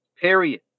Period